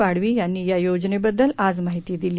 पाडवी यांनी या योजनेबद्दल आज माहिती दिली